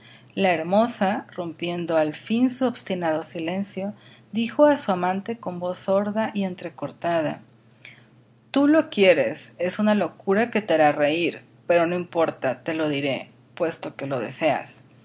la hermosa rompiendo al fin su obstinado silencio dijo á su amante con voz sorda y entrecortada tú lo quieres es una locura que te hará reir pero no importa te lo diré puesto que lo deseas